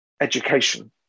education